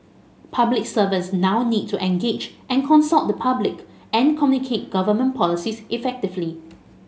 public servants now need to engage and consult the public and communicate government policies effectively